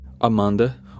Amanda